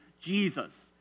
Jesus